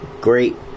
great